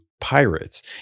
pirates